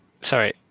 Sorry